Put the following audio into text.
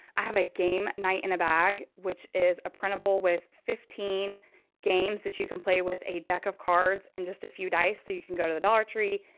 i have a game night and a bag, which is a printable with fifteen games that you can play with a deck of cards and just a few dice that you can go to the da tree,